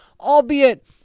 Albeit